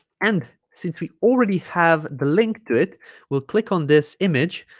and since we already have the link to it we'll click on this image